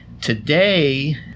today